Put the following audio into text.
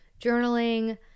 journaling